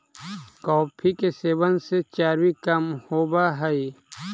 coffee के सेवन से चर्बी कम होब हई